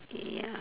ya